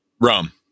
Rum